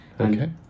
Okay